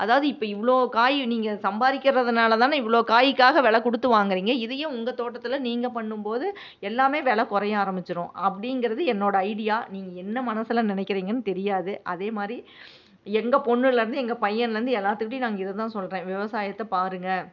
அதாவது இப்போ இவ்வளோ காய் நீங்கள் சம்பாதிக்கிறதனால தான் இவ்வளோ காய்க்காக வெலை கொடுத்து வாங்கறிங்க இதையே உங்கள் தோட்டத்தில் நீங்கள் பண்ணும்போது எல்லாமே வெலை குறைய ஆரமிச்சிடும் அப்படிங்கிறது என்னோடய ஐடியா நீங்கள் என்ன மனதில் நினைக்கிறீங்கன்னு தெரியாது அதேமாதிரி எங்கள் பொண்ணுலேருந்து எங்கள் பையன்லேருந்து எல்லாத்துக்கிட்டேயும் நாங்கள் இதை தான் சொல்கிறேன் விவசாயத்தை பாருங்கள்